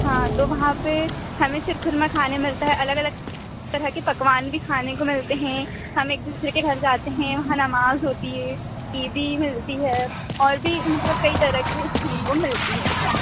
हाँ तो वहाँ पर हमें सिरखुरमा खाने मिलता है अलग अलग तरह के पकवान भी खाने को मिलते हैं हम एक दूसरे के घर जाते हैं वहाँ नमाज़ होती है ईदी मिलती है और भी मतलब कई तरह के हमें वो मिलती है इसमें